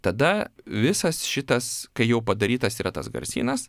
tada visas šitas kai jau padarytas yra tas garsynas